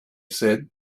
said